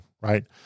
right